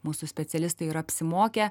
mūsų specialistai yra apsimokę